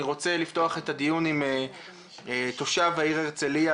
רוצה לפתוח את הדיון עם תושב העיר הרצליה,